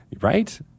right